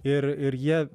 ir ir jie